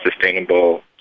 sustainable